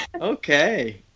Okay